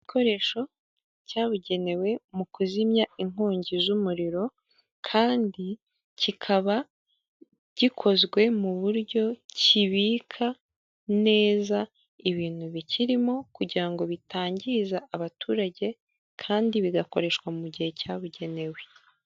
Igikoresho cyabugenewe mu kuzimya inkongi z'umuriro kandi kikaba gikozwe mu buryo kibika neza ibintu bikirimo kugira ngo bitangiza abaturage kandi bigakoreshwa mu gihe cyabugenewe.